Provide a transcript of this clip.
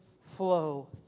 flow